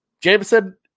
Jameson